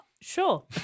Sure